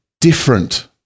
different